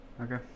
Okay